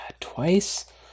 twice